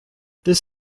this